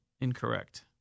incorrect